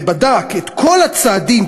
ובדק את כל הצעדים,